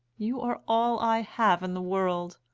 you are all i have in the world!